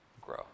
grow